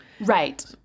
Right